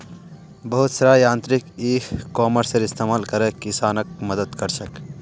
बहुत सारा यांत्रिक इ कॉमर्सेर इस्तमाल करे किसानक मदद क र छेक